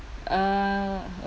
uh